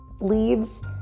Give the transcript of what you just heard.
leaves